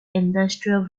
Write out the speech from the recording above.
industrial